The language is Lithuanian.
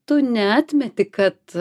tu neatmeti kad